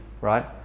right